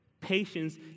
Patience